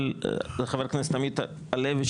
חבר הכנסת עמית הלוי,